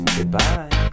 Goodbye